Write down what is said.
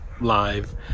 live